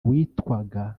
witwaga